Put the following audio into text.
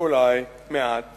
אולי מעט